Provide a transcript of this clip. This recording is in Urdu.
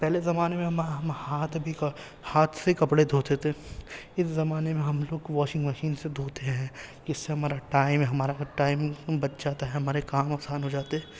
پہلے زمانے میں ہم ہاتھ بھی ہاتھ سے کپڑے دھوتے تھے اس زمانے میں ہم لوگ واشنگ مشین سے دھوتے ہیں جس سے ہمارا ٹائم ہمارا ٹائم بچ جاتا ہے ہمارے کام آسان ہو جاتے